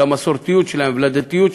למסורתיות שלהם ולדתיות שלהם,